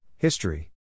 History